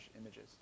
images